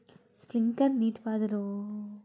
Sprinkler నీటిపారుదల మిరపకు మంచిదా?